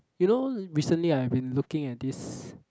you know recently I've been looking at this